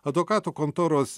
advokatų kontoros